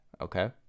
Okay